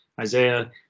Isaiah